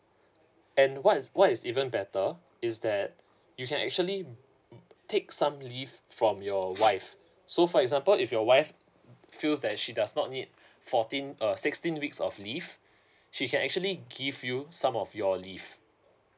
and what's what is even better is that you can actually take some leave from your wife so for example if your wife feels that she does not need fourteen uh sixteen weeks of leave she can actually give you some of your leave